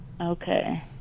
Okay